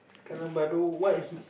sekarang baru what his